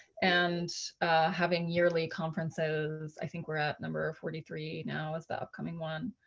and having yearly conferences, i think we're at number forty three now, as the upcoming one.